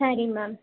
சரி மேம்